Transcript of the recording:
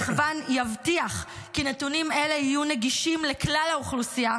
המחוון יבטיח כי נתונים אלה יהיו נגישים לכלל האוכלוסייה,